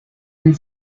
and